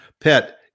pet